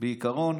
בעיקרון